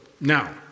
now